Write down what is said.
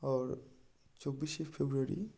আর চব্বিশে ফেব্রুয়ারি